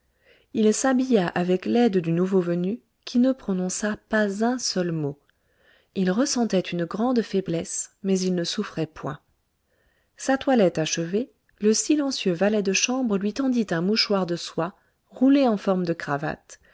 il s'habilla avec l'aide du nouveau venu qui ne prononça pas un seul mot il ressentait une grande faiblesse mais il ne souffrait point sa toilette achevée le silencieux valet de chambre lui tendit un mouchoir de soie roulé en forme de cravate